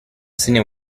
senior